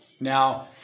Now